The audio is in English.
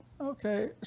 okay